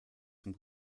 zum